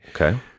Okay